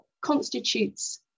constitutes